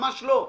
ממש לא.